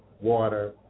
water